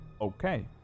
Okay